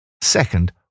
Second